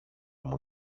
μου